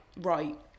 right